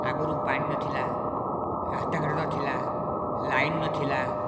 ଆଗରୁ ପାଣି ନଥିଲା ରାସ୍ତାଘାଟ ନଥିଲା ଲାଇନ ନଥିଲା